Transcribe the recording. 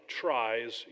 tries